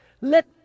Let